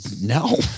no